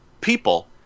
people